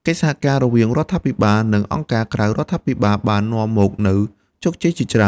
កិច្ចសហការរវាងរដ្ឋាភិបាល និងអង្គការក្រៅរដ្ឋាភិបាលបាននាំមកនូវជោគជ័យជាច្រើន។